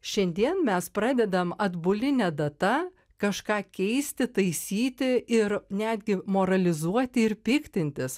šiandien mes pradedam atbuline data kažką keisti taisyti ir netgi moralizuoti ir piktintis